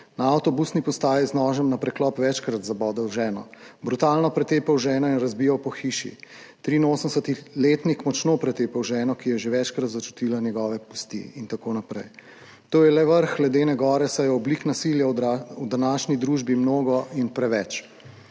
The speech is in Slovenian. Na avtobusni postaji z nožem na preklop večkrat zabodel z ženo, Brutalno pretepel ženo in razbijal po hiši, 83-letnik močno pretepel ženo, ki je že večkrat začutila njegove pesti in tako naprej. To je le vrh ledene gore, saj je oblik nasilja v današnji družbi mnogo in preveč.